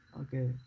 okay